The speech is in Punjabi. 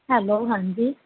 ਹੈਲੋ ਹਾਂਜੀ